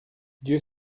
dieu